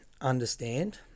understand